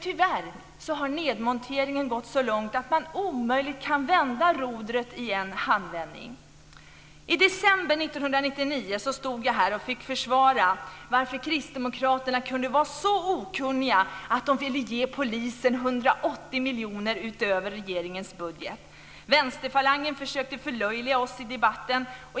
Tyvärr har nedmonteringen gått så långt att man omöjligt kan vända rodret i en handvändning. I december 1999 stod jag här och fick försvara varför kristdemokraterna kunde vara så okunniga att de ville ge polisen 180 miljoner utöver regeringens budget. Vänsterfalangen försökte förlöjliga oss i debatten.